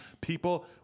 People